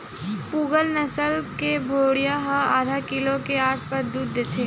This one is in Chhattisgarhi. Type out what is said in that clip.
पूगल नसल के भेड़िया ह आधा किलो के आसपास दूद देथे